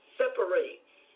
separates